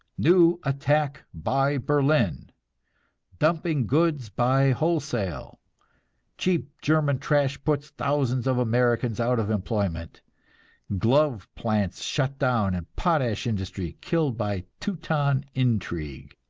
new attack by berlin dumping goods by wholesale cheap german trash puts thousands of americans out of employment glove plants shut down and potash industry killed by teuton intrigue